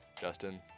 Justin